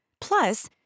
Plus